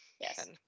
Yes